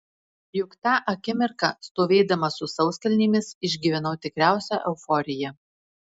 juk tą akimirką stovėdama su sauskelnėmis išgyvenau tikriausią euforiją